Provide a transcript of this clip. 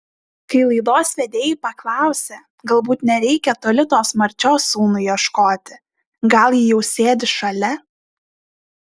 kai laidos vedėjai paklausė galbūt nereikia toli tos marčios sūnui ieškoti gal ji jau sėdi šalia